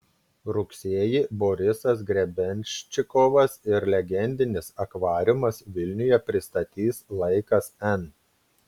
rugsėjį borisas grebenščikovas ir legendinis akvariumas vilniuje pristatys laikas n